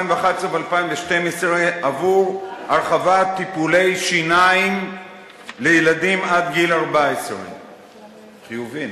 2012 עבור הרחבת טיפולי שיניים לילדים עד גיל 14. חיובי,